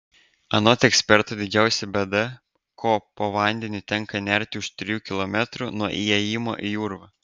anot eksperto didžiausia bėda ko po vandeniu tenka nerti už trijų kilometrų nuo įėjimo į urvą